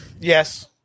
Yes